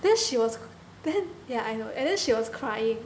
then she was then yeah I know and then she was crying